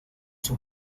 sus